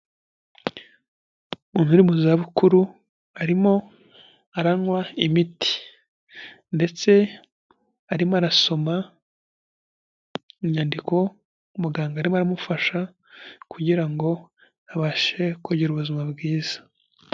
Umuntu uri mu zabukuru arimo aranywa imiti ndetse arimo arasoma inyandiko umuganga arimo aramufasha kugira ngo abashe kugira ubuzima bwiza.